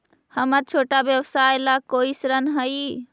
हमर छोटा व्यवसाय ला कोई ऋण हई?